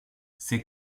ces